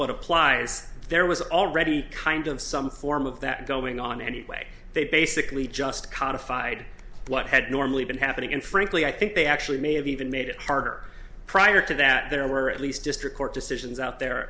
applies there was already kind of some form of that going on anyway they basically just codified what had normally been happening and frankly i think they actually may have even made it harder prior to that there were at least district court decisions out there